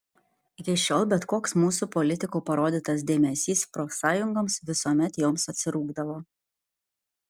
iki šiol bet koks mūsų politikų parodytas dėmesys profsąjungoms visuomet joms atsirūgdavo